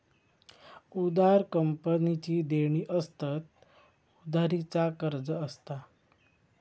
उधार कंपनीची देणी असतत, उधारी चा कर्ज असता